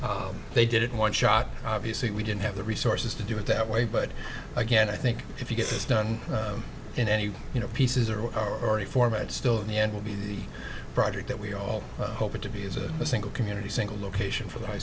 s they did it in one shot obviously we didn't have the resources to do it that way but again i think if you get this done in any way you know pieces are already format still in the end will be a project that we're all hoping to be as a single community single location for the high